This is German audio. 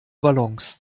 balance